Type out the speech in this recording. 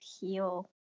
heal